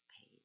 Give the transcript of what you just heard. paid